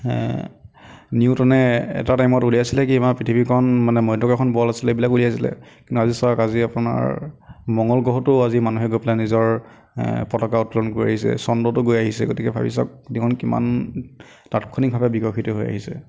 নিউটনে এটা টাইমত উলিয়াইছিলে কি আমাৰ পৃথিৱীখন মানে মধ্যাকৰ্ষণ বল আছিলে এইবিলাক উলিয়াইছিলে কিন্তু আজি চাওক আজি আপোনাৰ মংগল গ্ৰহতো আজি মানুহে গৈ পেলাই নিজৰ পতাকা উত্তোলন কৰি আহিছে চন্দ্ৰটো গৈ আহিছে গতিকে ভাবি চাওক পৃথিৱীখন কিমান তাৎক্ষণিকভাৱে বিকশিত হৈ আহিছে